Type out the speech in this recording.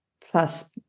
plus